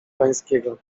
pańskiego